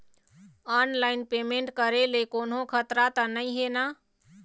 Online payment करे ले कोन्हो खतरा त नई हे न?